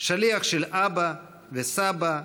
שליח של אבא וסבא,